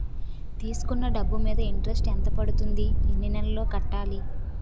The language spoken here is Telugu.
తీసుకున్న డబ్బు మీద ఇంట్రెస్ట్ ఎంత పడుతుంది? ఎన్ని నెలలో కట్టాలి?